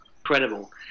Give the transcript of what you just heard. incredible